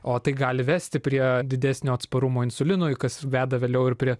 o tai gali vesti prie didesnio atsparumo insulinui kas veda vėliau ir prie